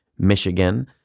Michigan